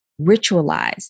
ritualized